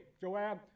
Joab